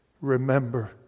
Remember